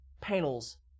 panels